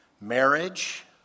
marriage